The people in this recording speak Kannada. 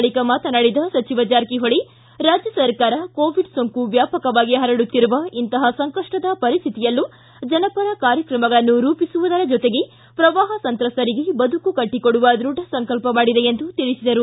ಬಳಿಕ ಮಾತನಾಡಿದ ಸಚಿವ ಜಾರಕಿಹೊಳಿ ರಾಜ್ಯ ಸರ್ಕಾರನ ಕೋವಿಡ್ ಸೋಂಕು ವ್ಯಾಪಕವಾಗಿ ಪರಡುತ್ತಿರುವ ಇಂತಹ ಸಂಕಪ್ಟದ ಪರಿಸ್ಥಿತಿಯಲ್ಲೂ ಜನಪರ ಕಾರ್ಯಕ್ರಮಗಳನ್ನು ರೂಪಿಸುವುದರ ಜತೆಗೆ ಪ್ರವಾಹ ಸಂತ್ರಸ್ತರಿಗೆ ಬದುಕು ಕಟ್ಟಕೊಡುವ ದೃಢ ಸಂಕಲ್ಪ ಮಾಡಿದೆ ಎಂದು ತಿಳಿಸಿದರು